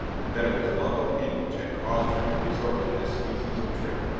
and that it was love of him which had caused her to resort to this species of trick.